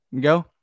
go